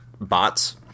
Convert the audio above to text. bots